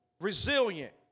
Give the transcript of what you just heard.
resilient